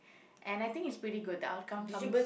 and I think it's pretty good that I'll come comes